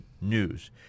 News